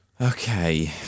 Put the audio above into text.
Okay